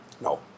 No